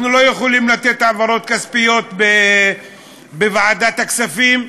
אנחנו לא יכולים לתת העברות כספיות בוועדת הכספים,